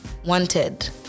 wanted